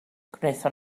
gwnaethon